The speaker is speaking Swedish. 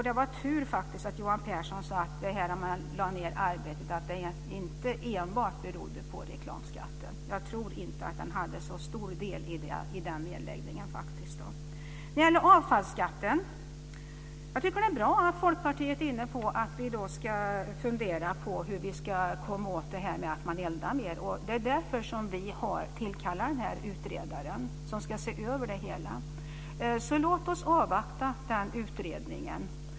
Det var tur att Johan Pehrson sade att nedläggningen av Arbetet inte enbart berodde på reklamskatten. Jag tror faktiskt inte att den hade så stor del i den nedläggningen. Vad gäller avfallsskatten vill jag säga att jag tycker att det är bra att Folkpartiet är inne på att vi ska fundera på hur vi ska komma åt det faktum att man eldar mer. Det är därför vi har tillkallat denna utredare, som ska se över det hela. Så låt oss avvakta den utredningen.